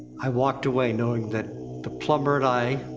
i walked away, knowing that the plumber and i,